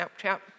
Snapchat